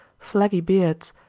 flaggy beards,